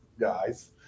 guys